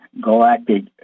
galactic